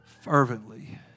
Fervently